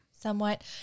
Somewhat